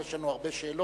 אבל יש לנו הרבה שאלות.